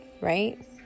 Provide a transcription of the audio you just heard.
right